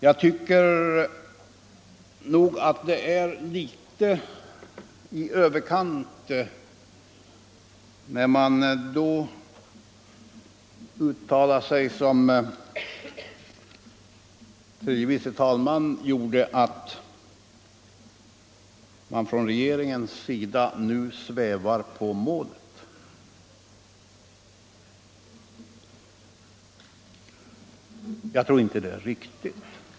Jag tycker att det är litet i överkant när man då uttalar sig som fru tredje vice talmannen gjorde när hon sade att regeringen nu svävar på målet. Jag tror inte det är riktigt.